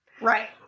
Right